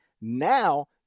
now